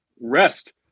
rest